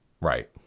Right